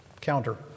counter